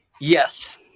Yes